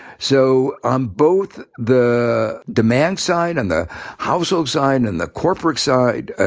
so on both the demand side and the household side and the corporate side,